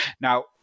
Now